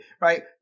right